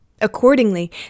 Accordingly